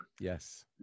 Yes